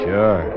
Sure